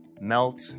melt